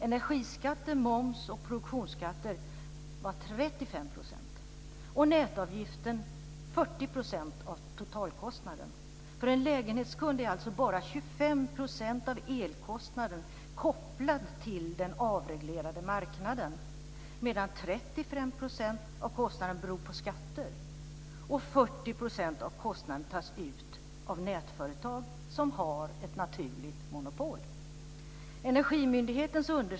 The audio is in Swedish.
Energiskatter, moms och produktionsskatter var 35 % och nätavgiften 40 % av totalkostnaden. För en lägenhetskund är alltså bara 25 % av elkostnaden kopplat till den avreglerade marknaden, medan 35 % av kostnaden beror på skatter och 40 % av kostnaden tas ut av nätföretag som har ett naturligt monopol.